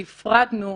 שהפרדנו,